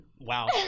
wow